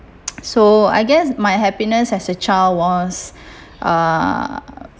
so I guess my happiness as a child was uh